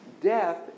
death